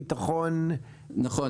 ביטחון --- נכון,